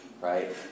right